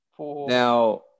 Now